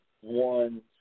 one